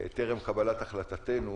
טרם קבלת החלטתנו